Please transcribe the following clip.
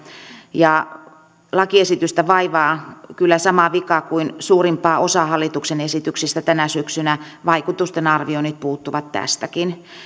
lakiesitystä vaivaa kyllä sama vika kuin suurinta osaa hallituksen esityksistä tänä syksynä vaikutusten arvioinnit puuttuvat tästäkin